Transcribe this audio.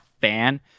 fan